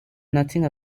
nothing